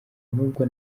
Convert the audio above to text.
nubwo